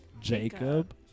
jacob